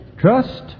Trust